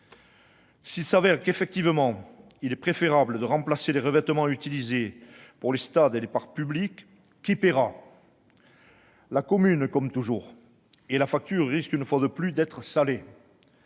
S'il apparaît qu'il est préférable de remplacer les revêtements utilisés pour les stades et les parcs publics, qui paiera ? Ce sera la commune, comme toujours ! Et la facture risque une fois de plus d'être salée